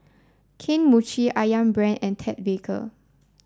Kane Mochi Ayam Brand and Ted Baker